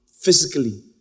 physically